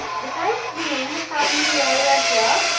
besides being the family lawyer here,